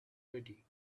ready